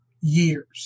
years